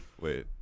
wait